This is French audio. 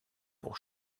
pour